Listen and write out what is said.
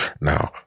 Now